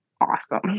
awesome